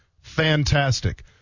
Fantastic